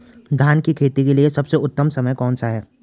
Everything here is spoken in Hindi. धान की खेती के लिए सबसे उत्तम समय कौनसा है?